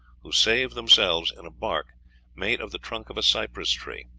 who save themselves in a bark made of the trunk of a cypress-tree.